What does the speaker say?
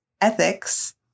ethics